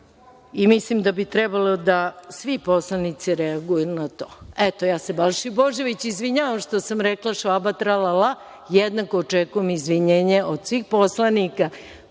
i mislim da bi trebalo da svi poslanici reaguju na to. Eto, ja se Balši Božoviću izvinjavam što sam rekla – Švaba tra-la-la, ali jednako očekujem izvinjenje od svih poslanika